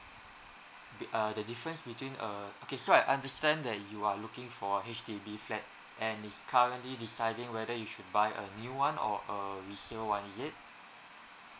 bet~ uh the difference between a okay so I understand that you are looking for a H_D_B flat and is currently deciding whether you should buy a new one or a resale one is it